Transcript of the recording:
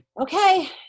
okay